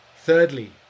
Thirdly